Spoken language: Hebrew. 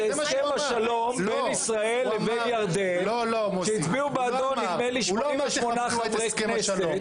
זה הסכם השלום בין ישראל לבין ירדן שהצביעו בעדו 88 חברי כנסת.